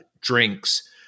drinks